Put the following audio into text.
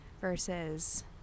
versus